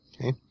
Okay